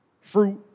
fruit